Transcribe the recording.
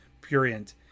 purient